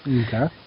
okay